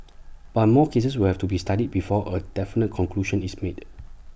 but more cases will have to be studied before A definite conclusion is made